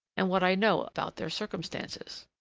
and what i know about their circumstances.